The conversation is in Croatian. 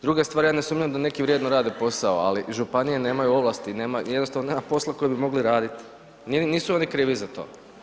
Druga stvar ja ne sumnjam da neki vjerno rade posao, ali županije nemaju ovlasti nema, jednostavno nema posla koji bi mogli raditi, nisu oni krivi za to.